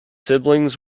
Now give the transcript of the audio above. siblings